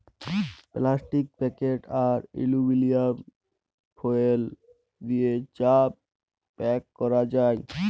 plastic packet আর aluminium foil দিয়ে চা প্যাক ক্যরা যায়